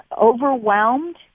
overwhelmed